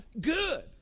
good